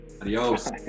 adios